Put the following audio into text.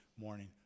morning